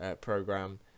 program